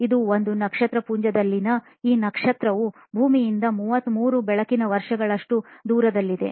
ಇದು ಒಂದು ನಕ್ಷತ್ರಪುಂಜದಲ್ಲಿನ ಈ ನಿರ್ದಿಷ್ಟ ನಕ್ಷತ್ರವು ಭೂಮಿಯಿಂದ 33 ಬೆಳಕಿನ ವರ್ಷಗಳ ದೂರದಲ್ಲಿದೆ